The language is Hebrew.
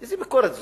איזו ביקורת זאת?